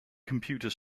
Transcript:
computer